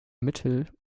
mittel